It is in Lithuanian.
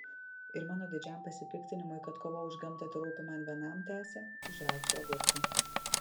ir mano didžiam pasipiktinimui kad kova už gamtą terūpi man vienam tęsė užraugsiu agurkų